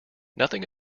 nothing